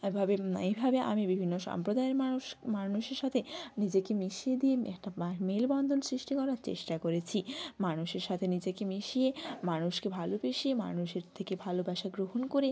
এভাবে এইভাবে আমি বিভিন্ন সম্প্রদায়ের মানুষ মানুষের সাথে নিজেকে মিশিয়ে দিয়ে একটা বার মেলবন্ধন সৃষ্টি করার চেষ্টা করেছি মানুষের সাথে নিজেকে মিশিয়ে মানুষকে ভালোবাসে মানুষের থেকে ভালোবাসা গ্রহণ করে